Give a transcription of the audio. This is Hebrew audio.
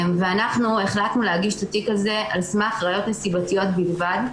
אנחנו החלטנו להגיש את התיק הזה על סמך ראיות נסיבתיות בלבד.